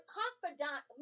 confidant